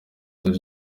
dore